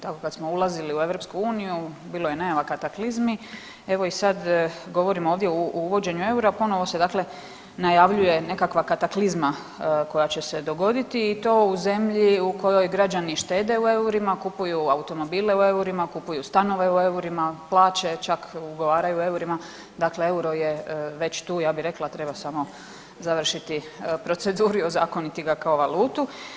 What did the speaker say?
Tako kad smo ulazili u EU bilo je najavi kataklizmi, evo i sad govorimo ovdje o uvođenju EUR-a, ponovo se dakle najavljuje nekakva kataklizma koja će se dogoditi i to u zemlji u kojoj građani štede u EUR-ima, kupuju automobile u EUR-ima, kupuju stanove u EUR-ima, plaće čak ugovaraju u EUR-ima, dakle EUR-o je već tu ja bi rekla treba samo završiti proceduru i ozakoniti ga kao valutu.